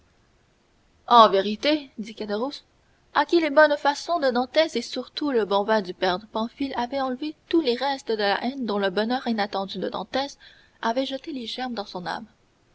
en vérité dit caderousse à qui les bonnes façons de dantès et surtout le bon vin du père pamphile avaient enlevé tous les restes de la haine dont le bonheur inattendu de dantès avait jeté les germes dans son âme